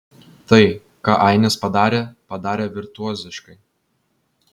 tai ką ainis padarė padarė virtuoziškai